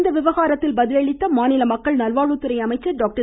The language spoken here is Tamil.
இந்த விவகாரத்தில் பதிலளித்த மாநில மக்கள் நல்வாழ்வுத்துறை அமைச்சர் டாக்டர்